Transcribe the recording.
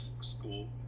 school